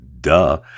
Duh